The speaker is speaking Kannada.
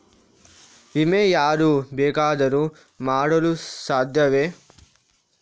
ವಿಮೆ ಯಾರು ಬೇಕಾದರೂ ಮಾಡಲು ಸಾಧ್ಯವೇ?